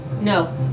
No